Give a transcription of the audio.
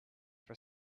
for